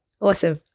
Awesome